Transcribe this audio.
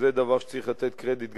וזה דבר שצריך לתת עליו קרדיט,